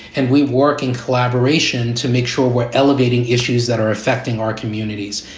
and we've working collaboration to make sure we're elevating issues that are affecting our communities.